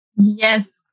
Yes